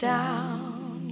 down